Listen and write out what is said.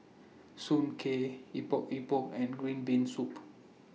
Soon Kueh Epok Epok and Green Bean Soup